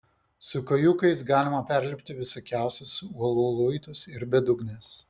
su kojūkais galima perlipti visokiausius uolų luitus ir bedugnes